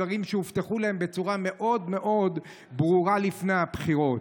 דברים שהובטחו להם בצורה מאוד מאוד ברורה לפני הבחירות.